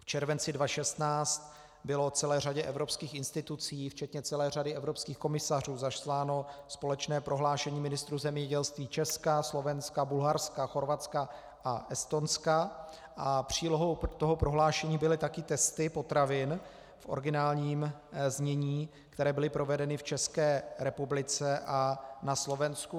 V červenci 2016 bylo celé řadě evropských institucí včetně celé řady evropských komisařů zasláno společné prohlášení ministrů zemědělství Česka, Slovenska, Bulharska, Chorvatska a Estonska a přílohou toho prohlášení byly také testy potravin v originálním znění, které byly provedeny v České republice a na Slovensku.